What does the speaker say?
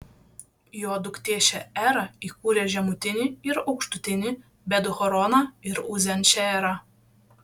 jo duktė šeera įkūrė žemutinį ir aukštutinį bet horoną ir uzen šeerą